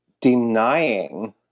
denying